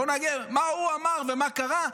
מה הוא אמר ומה קרה.